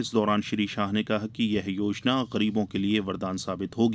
इस दौरान श्री शाह ने कहा कि यह योजना गरीबों के लिए वरदान साबित होगी